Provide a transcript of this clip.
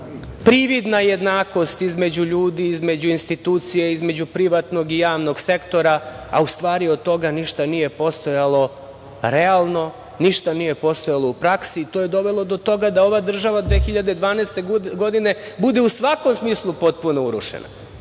prividna jednakost između ljudi, između institucija, između privatnog i javnog sektora, a u stvari od toga ništa nije postojalo, realno ništa nije postojalo u praksi. To je dovelo do toga da ova država 2012. godine bude u svakom smislu potpuno urušena.I